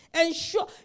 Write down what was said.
Ensure